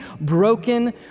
broken